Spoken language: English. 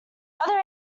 other